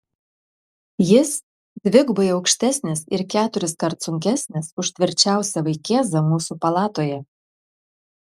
jis dvigubai aukštesnis ir keturiskart sunkesnis už tvirčiausią vaikėzą mūsų palatoje